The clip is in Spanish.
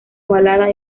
ovalada